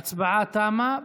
ההצבעה תמה.